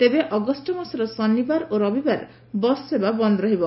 ତେବେ ଅଗଷ୍ ମାସର ଶନିବାର ଓ ରବିବାର ବସ୍ ସେବା ବନ୍ଦ ରହିବ